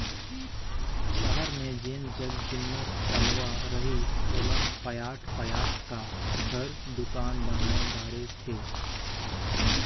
सहर मे जेन जग जुन्ना तलवा रहिस ओला पयाट पयाट क घर, दुकान बनाय डारे थे